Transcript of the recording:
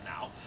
now